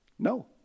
No